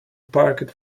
parquet